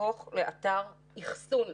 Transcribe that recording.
יש לנו את תוכנית מתאר ארצית 30,